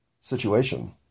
situation